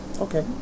Okay